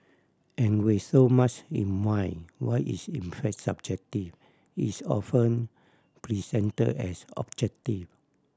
and with so much in wine what is in fact subjective is often present as objective